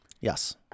Yes